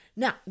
Now